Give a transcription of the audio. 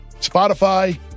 Spotify